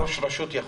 איך ראש הרשות יכול